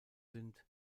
sind